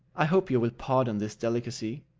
i hope you will pardon this delicacy,